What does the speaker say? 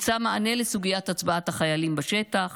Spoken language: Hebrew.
ונמצא מענה לסוגיית הצבעת החיילים בשטח.